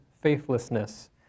faithlessness